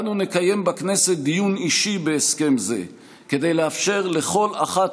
אנו נקיים בכנסת דיון אישי בהסכם זה כדי לאפשר לכל אחת